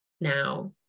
now